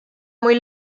muy